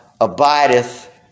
abideth